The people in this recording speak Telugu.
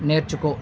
నేర్చుకో